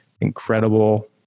incredible